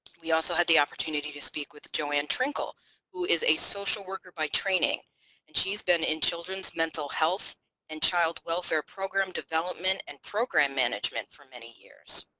we also had the opportunity to speak with joanne trinkle who is a social worker by training and she's been in children's mental health and child welfare program development and program management for many years.